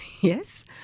yes